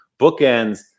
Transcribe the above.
bookends